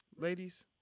ladies